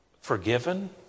forgiven